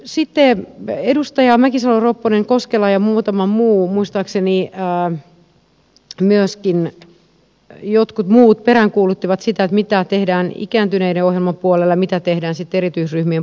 sitten edustajat mäkisalo ropponen koskela ja muutama muu muistaakseni myöskin jotkut muut peräänkuuluttivat sitä mitä tehdään ikääntyneiden ohjelman puolella ja mitä tehdään sitten erityisryhmien puolella